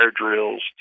drills